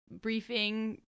briefing